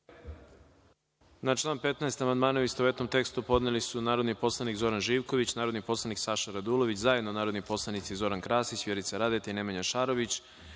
Na član 15. amandmane, u istovetnom tekstu, podneli su narodni poslanik Zoran Živković, narodni poslanik Saša Radulović, zajedno narodni poslanici Zoran Krasić, Vjerica Radeta i Nemanja Šarović,